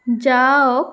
যাওক